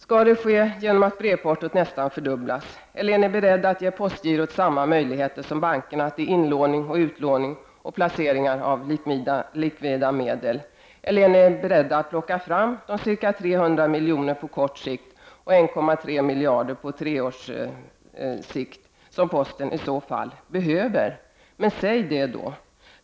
Skall det ske genom att brevportot nästan fördubblas, eller är ni beredda att ge postgirot samma möjligheter som bankerna till inlåning och utlåning samt placeringar av likvida medel? Eller är ni beredda att på kort sikt plocka fram de ca 300 milj.kr., och 1,3 miljarder kronor på tre års sikt, som posten i så fall behöver? Säg det då!